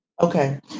Okay